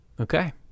Okay